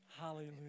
Hallelujah